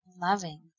loving